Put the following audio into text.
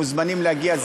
מוזמנים להגיע.